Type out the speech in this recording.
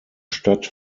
stadt